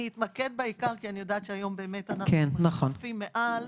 אתמקד בעיקר כי היום אנו מרחפים מעל.